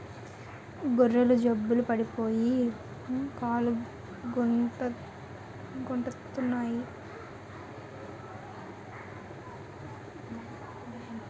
గొర్రెలు జబ్బు పడిపోయి కాలుగుంటెత్తన్నాయి